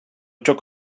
took